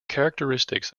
characteristics